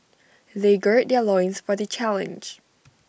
they gird their loins for the challenge